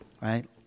right